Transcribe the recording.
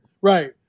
Right